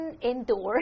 indoors